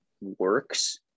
works